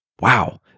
Wow